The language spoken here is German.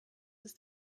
ist